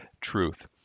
truth